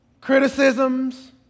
criticisms